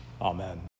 Amen